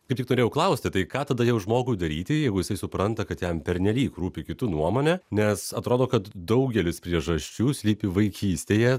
kaip tik norėjau klausti tai ką tada jau žmogui daryti jeigu jisai supranta kad jam pernelyg rūpi kitų nuomonė nes atrodo kad daugelis priežasčių slypi vaikystėje